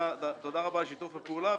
לשיתוף הפעולה.